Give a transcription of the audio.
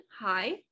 hi